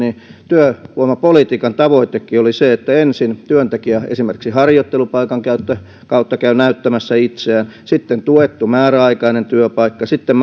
työvoimapolitiikan tavoitekin oli se että ensin työntekijä esimerkiksi harjoittelupaikan kautta kautta käy näyttämässä itseään sitten tuettu määräaikainen työpaikka sitten